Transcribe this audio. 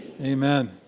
Amen